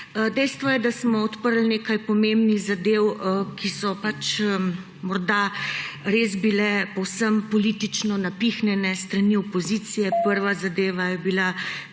Dejstvo je, da smo odprli nekaj pomembnih zadev, ki so morda res bile povsem politično napihnjene s strani opozicije. Prva zadeva je bil